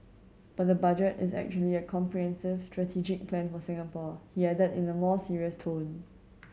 but the Budget is actually a comprehensive strategic plan for Singapore he added in a more serious tone